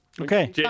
Okay